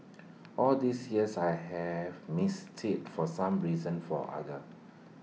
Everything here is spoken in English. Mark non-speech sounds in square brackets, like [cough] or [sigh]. [noise] all these years I have missed IT for some reason for other